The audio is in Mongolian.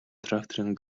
тракторын